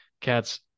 Cats